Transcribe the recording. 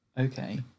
okay